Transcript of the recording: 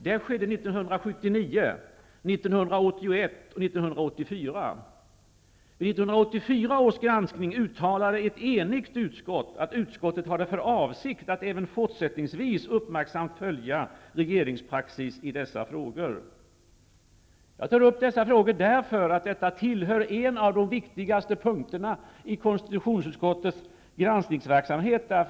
Det skedde 1979, 1981 och 1984. Vid 1984 års granskning uttalade ett enigt utskott att utskottet hade för avsikt att även fortsättningsvis uppmärksamt följa regeringspraxis i dessa frågor. Jag tar upp dessa frågor därför att detta tillhör en av de viktigaste punkterna i KU:s granskningsverksamhet.